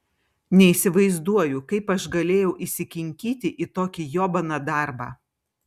neįsivaizduoju kaip aš galėjau įsikinkyti į tokį jobaną darbą